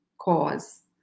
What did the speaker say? cause